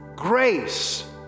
grace